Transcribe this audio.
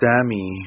Sammy